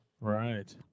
Right